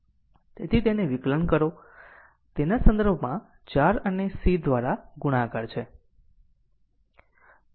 તેથીતેને વિકલન કરો તેના સંદર્ભમાં 4 અને C દ્વારા ગુણાકાર છે